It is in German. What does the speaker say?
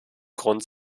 grund